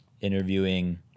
interviewing